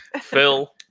Phil